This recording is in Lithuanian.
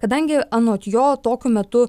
kadangi anot jo tokiu metu